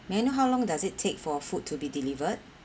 may I know how long does it take for food to be delivered